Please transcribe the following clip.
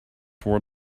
toward